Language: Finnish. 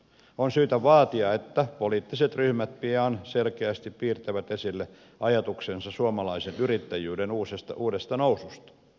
on syytä vaatia että poliittiset ryhmät pian selkeästi piirtävät esille ajatuksensa suomalaisen yrittäjyyden uudesta noususta